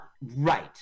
right